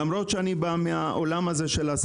למרות שאני בא מעולם העסקים